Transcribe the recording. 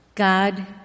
God